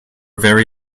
very